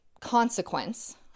consequence